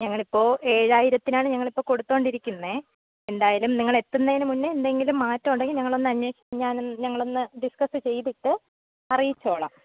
ഞങ്ങൾ ഇപ്പോൾ ഏഴായിരത്തിനാണ് ഞങ്ങൾ ഇപ്പോൾ കൊടുത്തുകൊണ്ടിരിക്കുന്നത് എന്തായാലും നിങ്ങൾ എത്തുന്നതിന് മുന്നെ എന്തെങ്കിലും മാറ്റം ഉണ്ടെങ്കിൽ ഞങ്ങൾ ഒന്ന് ഞാൻ ഞങ്ങൾ ഒന്ന് ഡിസ്കസ് ചെയ്തിട്ട് അറിയിച്ചുകൊള്ളാം